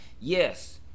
Yes